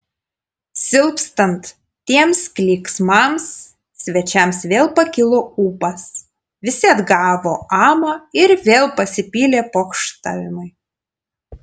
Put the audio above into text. silpstant tiems klyksmams svečiams vėl pakilo ūpas visi atgavo amą ir vėl pasipylė pokštavimai